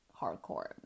hardcore